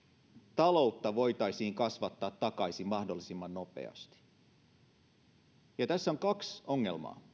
taloutta voitaisiin kasvattaa takaisin mahdollisimman nopeasti siinä on kaksi ongelmaa